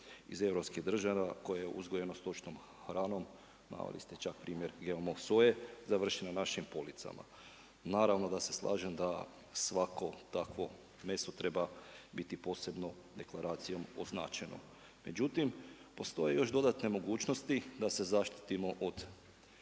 iz europskih država koje je uzgojeno stočnom hranom, naveli ste čak primjer GMO soje, završi na našim policama. Naravno, da se slažem da svako takvo meso treba biti posebno deklaracijom označeno. Međutim, postoje još dodatne mogućnosti, da se zaštitimo od